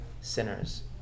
sinners